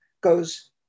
goes